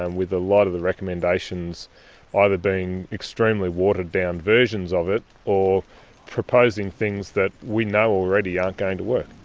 and with a lot of the recommendations either being extremely watered down versions of it or proposing things that we know already aren't going to work.